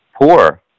poor